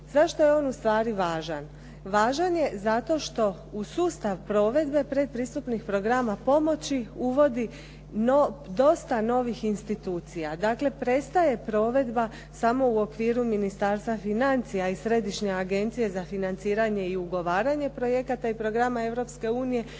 Zašto je on ustvari važan? Važan je zato što u sustav provedbe pretpristupnih programa pomoći uvodi dosta novih institucija. Dakle, prestaje provedba samo u okviru Ministarstva financija i Središnje agencije za financiranje i ugovaranje projekata i programa Europske